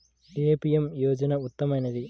ఏ PM యోజన ఉత్తమమైనది?